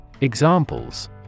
Examples